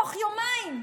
תוך יומיים,